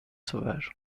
sauvages